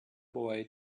boy